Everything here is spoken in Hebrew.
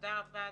תודה רבה אדוני.